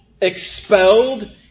expelled